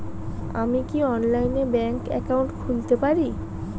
আমি কি অনলাইনে ব্যাংক একাউন্ট খুলতে পারি?